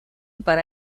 para